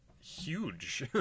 huge